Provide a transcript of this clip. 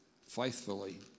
faithfully